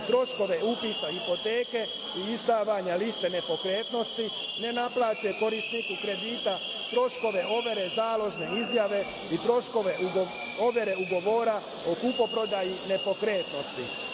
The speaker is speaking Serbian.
troškove upisa hipoteke i izdavanja liste nepokretnosti, ne naplaćuje korisniku kredita troškove overe založne izjave i troškove overe ugovora o kupoprodaji nepokretnosti. Ono